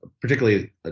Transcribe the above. particularly